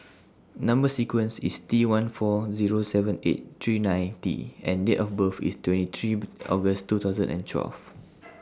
Number sequence IS T one four Zero seven eight three nine T and Date of birth IS twenty three August two thousand and twelve